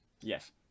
Yes